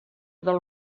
del